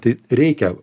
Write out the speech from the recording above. tai reikia